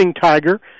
Tiger